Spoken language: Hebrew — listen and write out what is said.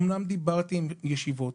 אמנם דיברתי עם ישיבות.